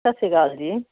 ਸਤਿ ਸ੍ਰੀ ਅਕਾਲ ਜੀ